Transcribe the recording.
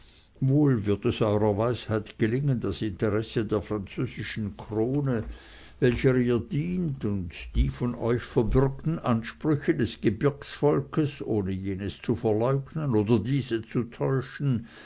wohl wird es eurer weisheit gelingen das interesse der französischen krone welcher ihr dient und die von euch verbürgten ansprüche des gebirgsvolkes ohne jenes zu verleugnen oder diese zu täuschen